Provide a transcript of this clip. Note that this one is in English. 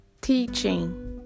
Teaching